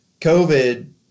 covid